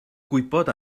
gwybod